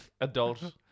Adult